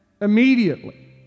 immediately